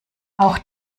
auch